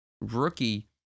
rookie